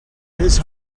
his